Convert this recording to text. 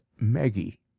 Maggie